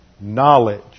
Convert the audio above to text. knowledge